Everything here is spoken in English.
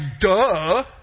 duh